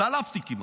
התעלפתי כמעט.